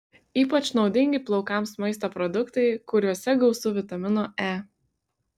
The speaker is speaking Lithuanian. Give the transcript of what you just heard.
ypač naudingi plaukams maisto produktai kuriuose gausu vitamino e